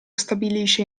stabilisce